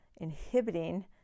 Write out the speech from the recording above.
inhibiting